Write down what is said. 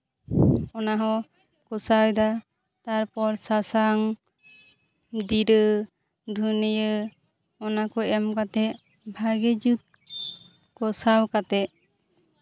ᱚᱱᱟᱦᱚᱸ ᱠᱚᱥᱟᱣᱫᱟ ᱛᱟᱨᱯᱚᱨ ᱥᱟᱥᱟᱝ ᱡᱤᱨᱟᱹ ᱫᱷᱩᱱᱭᱟᱹ ᱚᱱᱟ ᱠᱚ ᱮᱢ ᱠᱟᱛᱮᱫ ᱵᱷᱟᱜᱮ ᱡᱩᱛ ᱠᱚᱥᱟᱣ ᱠᱟᱛᱮᱫ